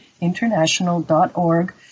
international.org